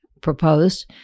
proposed